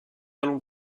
allons